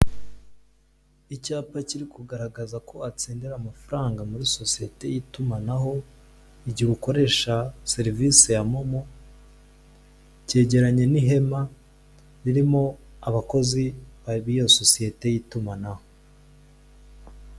Icyaka kiri kugaragaza ko watsindira amafaranga muri sosiyete y'itumanaho, igihe ukoresha serivise ya MoMo, cyegeranye n'ihema ririmo n'abakozi ba, b'iyo sosiyete y'itumanaho.